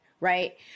right